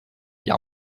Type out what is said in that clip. hier